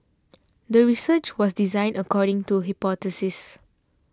the research was designed according to the hypothesis